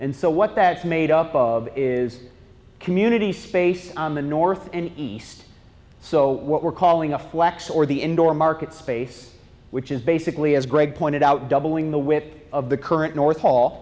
and so what that made up of is community space on the north and east so what we're calling a flex or the indoor market space which is basically as greg pointed out doubling the with of the current north hall